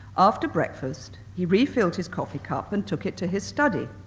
after breakfast, he refilled his coffee cup, and took it to his study.